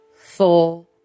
four